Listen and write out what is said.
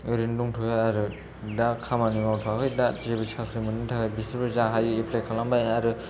ओरैनो दंथ'यो आरो दा खामानि मावथ'वाखै दा जेबो साख्रि मोननो थाखाय बिसोरबो जा हायो एप्लाइ खालामबाय आरो